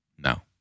No